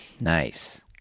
Nice